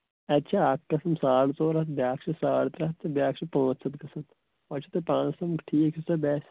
اَتہِ چھِ اَکھ قٕسٕم ساڑ ژور ہَتھ بیٛاکھ چھِ ساڑ ترٛےٚ ہَتھ تہٕ بیٛاکھ چھِ پٲنٛژھ ہَتھ گژھن وۄنۍ چھُو تۄہہِ پانَس ٹھیٖک باسہِ